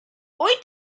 wyt